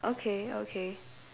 okay okay